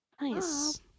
Nice